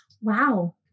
wow